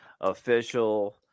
official